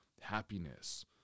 happiness